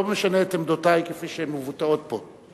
לא משנה את עמדותי כפי שהן מבוטאות פה.